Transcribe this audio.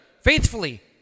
faithfully